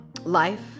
life